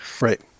right